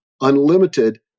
unlimited